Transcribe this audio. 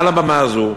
מעל הבמה הזאת,